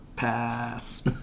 Pass